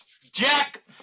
Jack